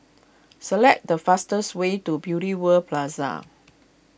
select the fastest way to Beauty World Plaza